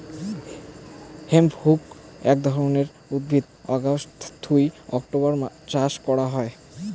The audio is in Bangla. হেম্প হউক আক ধরণের উদ্ভিদ অগাস্ট থুই অক্টোবরের চাষ করাং হই